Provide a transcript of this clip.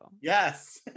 Yes